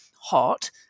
hot